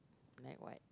like what